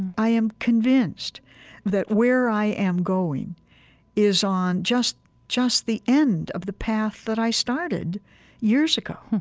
i am convinced that where i am going is on just just the end of the path that i started years ago